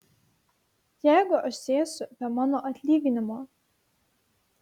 jeigu aš sėsiu be mano atlyginimo